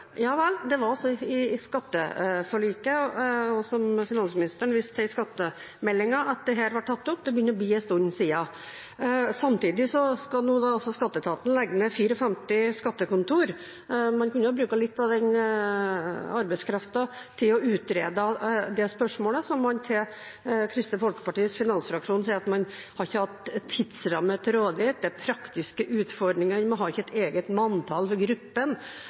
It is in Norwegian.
Det var altså i skatteforliket og, som finansministeren viste til, i skattemeldingen at dette ble tatt opp. Det begynner å bli en stund siden. Samtidig skal Skatteetaten nå legge ned 54 skattekontor. Man kunne jo ha brukt litt av den arbeidskraften til å utrede det spørsmålet som man til Kristelig Folkepartis finansfraksjon sier at man ikke har hatt tidsramme til rådighet for, det er praktiske utfordringer, man har ikke et eget manntall for gruppen.